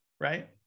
right